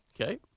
Okay